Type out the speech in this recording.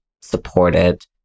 supported